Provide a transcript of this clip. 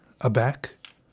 Aback